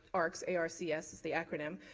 arcs a r c s is the acronym,